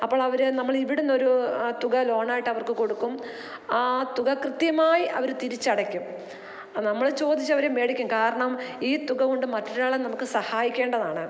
അപ്പോഴവർ നമ്മളിവിടുന്നൊരു തുക ലോണായിട്ടവർക്ക് കൊടുക്കും ആ തുക കൃത്യമായി അവർ തിരിച്ചടക്കും നമ്മൾ ചോദിച്ചവർ മേടിക്കും കാരണം ഈ തുക കൊണ്ട് മറ്റൊരാളെ നമുക്ക് സഹായിക്കേണ്ടതാണ്